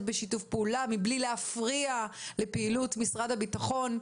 בשיתוף פעולה מבלי להפריע לפעילות משרד הבטחון.